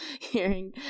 hearing